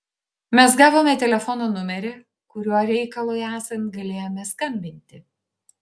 mes gavome telefono numerį kuriuo reikalui esant galėjome skambinti